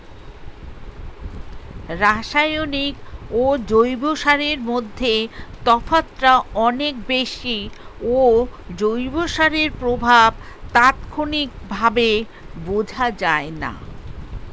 রাসায়নিক ও জৈব সারের মধ্যে তফাৎটা অনেক বেশি ও জৈব সারের প্রভাব তাৎক্ষণিকভাবে বোঝা যায়না